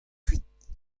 kuit